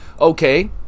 okay